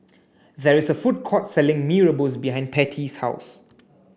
there is a food court selling Mee Rebus behind Pattie's house